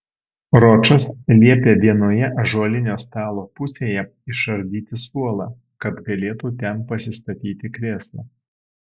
ročas liepė vienoje ąžuolinio stalo pusėje išardyti suolą kad galėtų ten pasistatyti krėslą